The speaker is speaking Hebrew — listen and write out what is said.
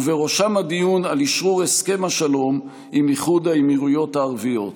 ובראשם הדיון על אשרור הסכם השלום עם איחוד האמירויות הערביות.